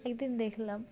একদিন দেখলাম